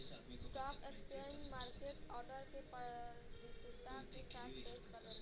stock exchange market order के पारदर्शिता के साथ पेश करला